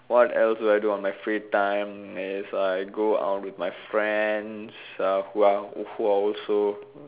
what else I do on my free time is I go out with my friends uh who are who are also